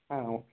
ಹಾಂ ಓಕೆ